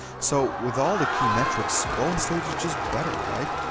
so with all the key metrics golden state is just better, right?